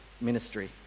ministry